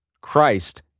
Christ